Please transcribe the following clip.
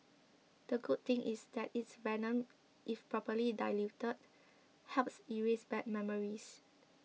the good thing is that it's venom if properly diluted helps erase bad memories